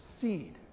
seed